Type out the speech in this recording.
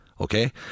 okay